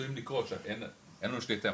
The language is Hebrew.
שעשויים לקרות, שאין לנו שליטה.